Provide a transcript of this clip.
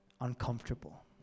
uncomfortable